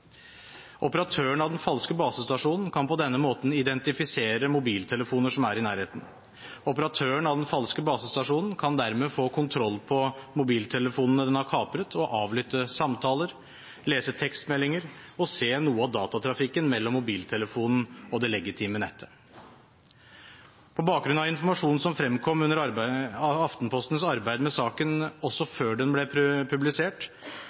Operatøren av den falske basestasjonen kan på denne måten identifisere mobiltelefoner som er i nærheten. Operatøren av den falske basestasjonen kan dermed få kontroll på mobiltelefonene den har kapret, og avlytte samtaler, lese tekstmeldinger og se noe av datatrafikken mellom mobiltelefonen og det legitime nettet. På bakgrunn av informasjon som fremkom under Aftenpostens arbeid med saken, også før den ble publisert,